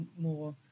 more